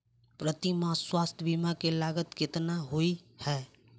प्रति माह स्वास्थ्य बीमा केँ लागत केतना होइ है?